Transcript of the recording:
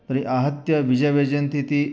तर्हि आहत्य विजय वैजयन्तिः इति